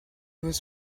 was